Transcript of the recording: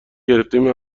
گرفتهایم